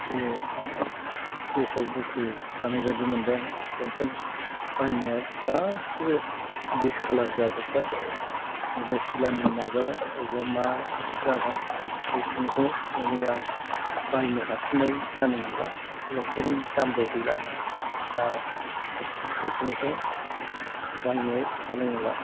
बे गोसोआव दुखु थानायबायदि मोनबाय आं लंपेन्ट बायनाया गासिबो डिसकालार जाजोब्बाय अबेबा सिलानि नागारबाय अबेबा मा जाबाय बे खिनिखौ माने आं बायनो हाफिननाय जानाय नंला लंपेन्टनि दामबो गैला आंहा दा बे खिनिखौ बायनो हानाय नंला